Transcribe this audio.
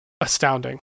astounding